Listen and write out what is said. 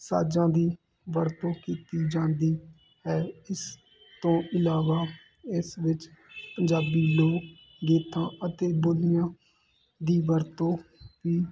ਸਾਜਾਂ ਦੀ ਵਰਤੋਂ ਕੀਤੀ ਜਾਂਦੀ ਹੈ ਇਸ ਤੋਂ ਇਲਾਵਾ ਇਸ ਵਿੱਚ ਪੰਜਾਬੀ ਲੋਕ ਗੀਤਾਂ ਅਤੇ ਬੋਲੀਆਂ ਦੀ ਵਰਤੋਂ ਵੀ